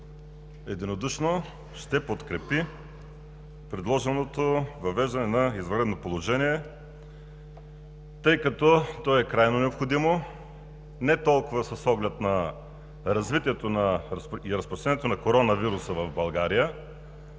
единодушно ще подкрепи предложеното въвеждане на извънредно положение, тъй като то е крайно необходимо не толкова с оглед на развитието и разпространението на коронавируса в България